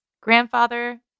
grandfather